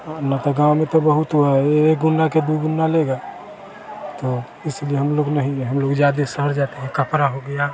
हाँ ना तो गाँव में बहुत वह है यह एक गुना कि दुगना लेगा तो इसलिए हम लोग नहीं गए हम लोग ज़्यादा शहर जाते हैं कपड़ा हो गया